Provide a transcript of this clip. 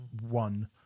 one